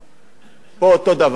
לא זורקים להם איזה קרטון